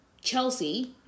Chelsea